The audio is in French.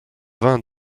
vain